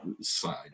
side